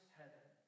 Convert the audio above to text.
heaven